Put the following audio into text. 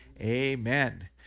Amen